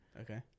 Okay